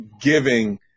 giving